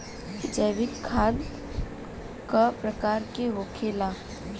जैविक खाद का प्रकार के होखे ला?